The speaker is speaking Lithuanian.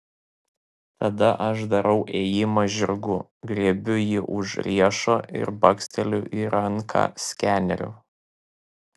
tada aš darau ėjimą žirgu griebiu jį už riešo ir baksteliu į ranką skeneriu